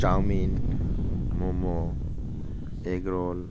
chowmein momo egg role